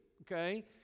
okay